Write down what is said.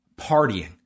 partying